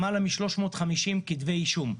למעלה מ-350 כתבי אישום.